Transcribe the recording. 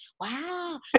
Wow